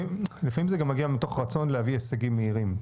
לפעמים זה גם מגיע מתוך רצון להביא הישגים מהירים.